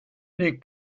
les